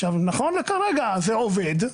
עכשיו נכון לכרגע זה עובד,